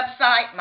website